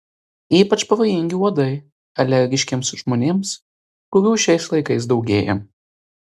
ypač pavojingi uodai alergiškiems žmonėms kurių šiais laikais daugėja